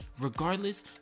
regardless